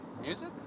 music